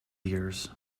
ears